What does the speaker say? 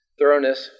Thoroughness